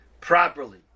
properly